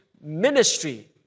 ministry